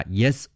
yes